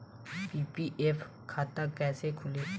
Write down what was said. PPF खाता कैसे खुली?